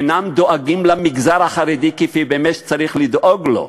אינם דואגים למגזר החרדי כפי שבאמת צריך לדאוג לו.